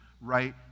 right